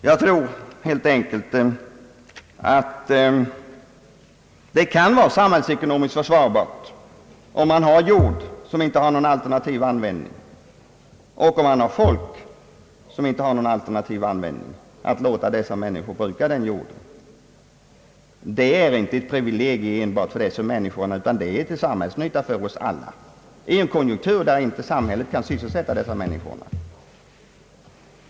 Jag tror helt enkelt att det verkligen kan vara samhällsekonomiskt försvarbart att låta dessa människor bruka jorden, om man har jord som inte har någon alternativ användning och om man har människor som inte kan få annan sysselsättning. Detta innebär inte något speciellt privilegium för dessa människor. Samhället har ju det slutliga ansvaret för individen, men det är till nytta för oss alla i en konjunktur, där det inte går att skapa annan sysselsättning.